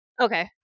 Okay